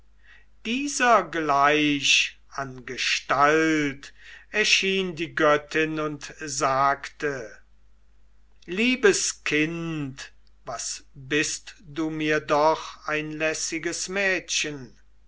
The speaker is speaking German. dieser gleich an gestalt erschien die göttin und sagte liebes kind was bist du mir doch ein lässiges mädchen